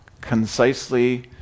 concisely